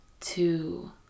two